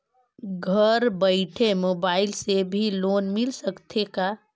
घर बइठे मोबाईल से भी लोन मिल सकथे का?